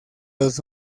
los